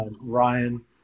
Ryan